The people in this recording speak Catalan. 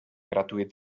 gratuït